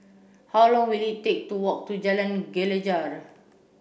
how long will it take to walk to Jalan Gelegar